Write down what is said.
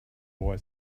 boy